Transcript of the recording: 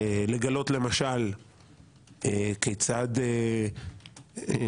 לגלות למשל כיצד מסוקי צה"ל משמשים להחזרת גופות מחבלים,